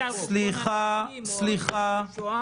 האם זה על חשבון הנכים או ניצולי שואה?